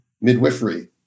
midwifery